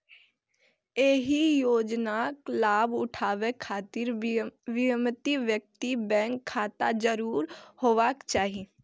एहि योजनाक लाभ उठाबै खातिर बीमित व्यक्ति कें बैंक खाता जरूर होयबाक चाही